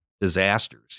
disasters